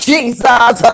Jesus